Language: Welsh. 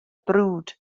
brwd